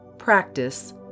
practice